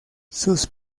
sus